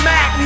Mac